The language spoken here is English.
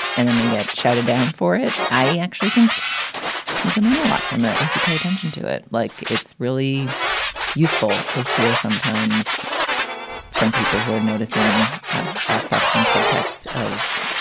and then they get shouted down for it. i actually think you can learn a lot from it if you pay attention to it. like it's really useful to hear sometimes from people who are noticing aspects and subtexts of